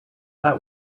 that